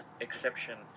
exception